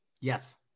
Yes